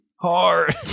hard